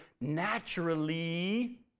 naturally